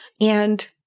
And-